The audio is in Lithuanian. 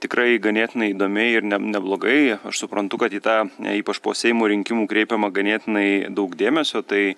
tikrai ganėtinai įdomiai ir ne neblogai aš suprantu kad į tą ypač po seimo rinkimų kreipiama ganėtinai daug dėmesio tai